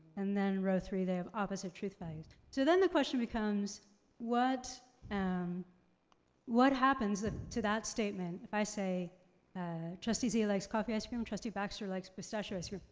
and then row three they have opposite truth values. so then the question becomes what and what happens and to that statement if i say ah trustee zia likes coffee ice cream, trustee baxter likes pistachio ice